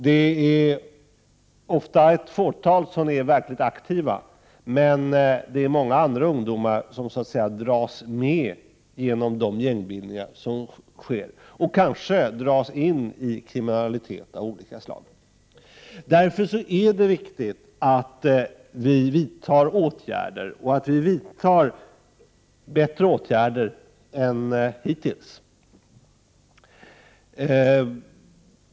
Ofta är bara ett fåtal verkligen aktiva, men det är många andra ungdomar som dras med i de gängbildningar som skapas — och kanske dras in i kriminalitet av olika slag. Det är därför viktigt att vi vidtar åtgärder, och att vi vidtar bättre åtgärder än hittills.